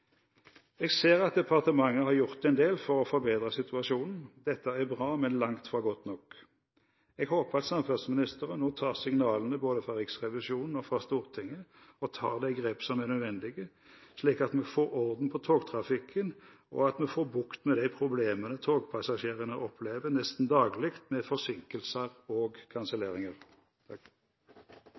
Jeg ser at departementet har gjort en del for å forbedre situasjonen. Dette er bra, men langt fra godt nok. Jeg håper at samferdselsministeren nå tar signalene fra både Riksrevisjonen og Stortinget, og tar de grep som er nødvendige, slik at vi får orden på togtrafikken, og at vi får bukt med de problemene togpassasjerene opplever nesten daglig med forsinkelser og kanselleringer.